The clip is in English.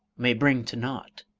may bring to naught.